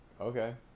Okay